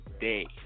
day